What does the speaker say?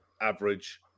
average